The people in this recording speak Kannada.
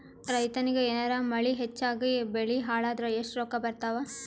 ರೈತನಿಗ ಏನಾರ ಮಳಿ ಹೆಚ್ಚಾಗಿಬೆಳಿ ಹಾಳಾದರ ಎಷ್ಟುರೊಕ್ಕಾ ಬರತ್ತಾವ?